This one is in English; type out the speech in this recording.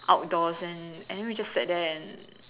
outdoors and and then we just sat there and